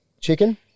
chicken